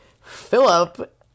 Philip